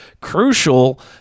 crucial